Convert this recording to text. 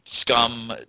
scum